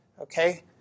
Okay